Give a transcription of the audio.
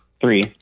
Three